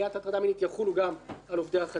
מינית - יחולו גם על עובדי החטיבה.